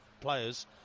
players